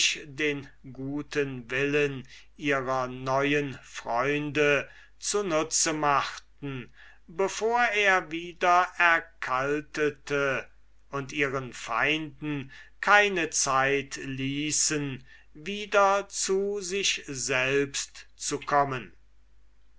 den guten willen ihrer neuen freunde zu nutze machten bevor er wieder erkaltete und ihren feinden keine zeit ließen wieder zu sich selbst zu kommen